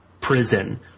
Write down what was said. prison